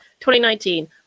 2019